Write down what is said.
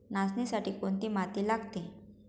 नाचणीसाठी कोणती माती लागते?